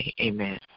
amen